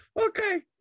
Okay